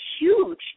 huge